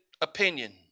opinion